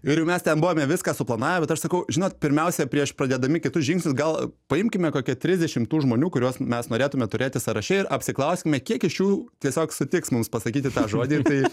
ir jau mes ten buvome viską suplanavę bet aš sakau žinot pirmiausia prieš pradėdami kitus žingsnius gal paimkime kokią trisdešim tų žmonių kuriuos mes norėtume turėti sąraše ir apsiklauskime kiek iš jų tiesiog sutiks mums pasakyti tą žodį ir tai